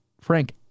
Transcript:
Frank